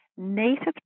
Native